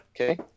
Okay